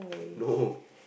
no